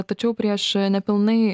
tačiau prieš nepilnai